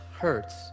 hurts